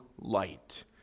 light